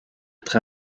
être